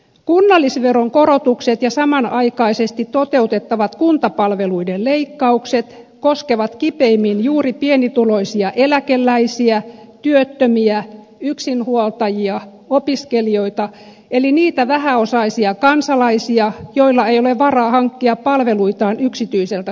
kunnallisveron korotukset ja samanaikaisesti toteutettavat kuntapalveluiden leikkaukset koskevat kipeimmin juuri pienituloisia eläkeläisiä työttömiä yksinhuoltajia opiskelijoita eli niitä vähäosaisia kansalaisia joilla ei ole varaa hankkia palveluitaan yksityiseltä sektorilta